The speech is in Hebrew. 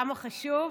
וכמה חשוב